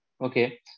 Okay